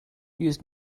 used